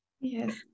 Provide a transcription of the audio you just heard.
Yes